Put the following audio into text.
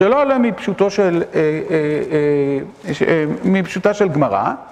זה לא עולה מפשוטו של... אה... מפשוטה של גמרא.